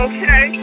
Okay